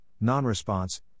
non-response